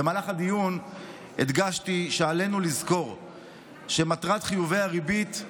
במהלך הדיון הדגשתי שעלינו לזכור שמטרת חיובי הריבית היא